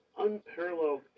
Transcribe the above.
unparalleled